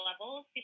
levels